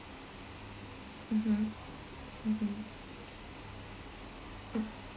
mmhmm mmhmm mm